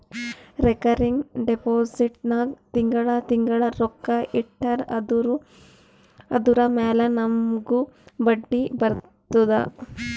recurring deposit ನಾಗ್ ತಿಂಗಳಾ ತಿಂಗಳಾ ರೊಕ್ಕಾ ಇಟ್ಟರ್ ಅದುರ ಮ್ಯಾಲ ನಮೂಗ್ ಬಡ್ಡಿ ಬರ್ತುದ